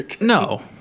No